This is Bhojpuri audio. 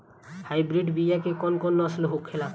हाइब्रिड बीया के कौन कौन नस्ल होखेला?